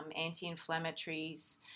anti-inflammatories